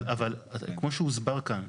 אבל כמו שהוסבר כאן,